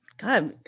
God